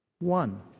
One